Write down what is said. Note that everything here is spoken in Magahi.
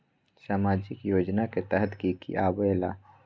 समाजिक योजना के तहद कि की आवे ला?